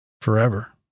Forever